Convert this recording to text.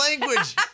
language